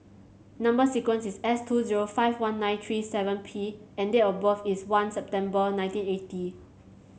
number sequence is S two zero five one nine three seven P and date of birth is one September nineteen eighty